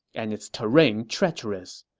and its terrain treacherous.